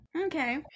Okay